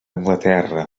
anglaterra